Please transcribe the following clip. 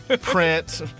print